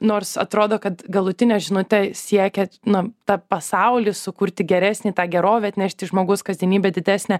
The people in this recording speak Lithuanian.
nors atrodo kad galutinė žinutė siekia na tą pasaulį sukurti geresnį tą gerovę atnešt į žmogaus kasdienybę didesnę